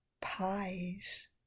pies